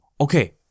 Okay